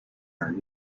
are